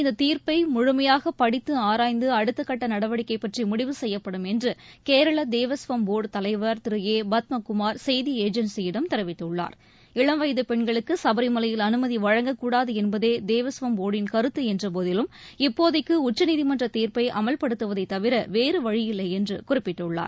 இந்த தீர்ப்பை முழுமையாக படித்து ஆராய்ந்து அடுத்தகட்ட நடவடிக்கை பற்றி முடிவு செய்யப்படும் என்று கேரள தேவஸ்வம் போர்டு தலைவர் திரு ஏ பத்மகுமார் செய்தி ஏஜென்சியிடம் தெரிவித்துள்ளார் இளவயது பென்களுக்கு சபரிமலையில் அனுமதி வழங்கக்கூடாது என்பதே தேவஸ்வம் போர்டின் கருத்து என்ற போதிலும் இப்போதைக்கு உச்சநீதிமன்ற தீர்ப்பை அமல்படுத்துவதை தவிர வேறு வழியில்லை என்று குறிப்பிட்டுள்ளார்